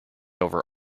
over